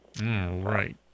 Right